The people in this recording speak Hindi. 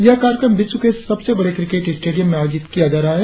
यह कार्यक्रम विश्व के सबसे बड़े क्रिकेट स्टेडियम में आयोजित किया जा रहा है